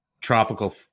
tropical